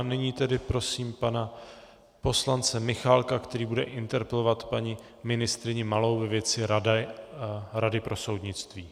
Nyní tedy prosím pana poslance Michálka, který bude interpelovat paní ministryni Malou ve věci rady pro soudnictví.